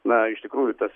na iš tikrųjų tas